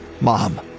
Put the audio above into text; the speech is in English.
mom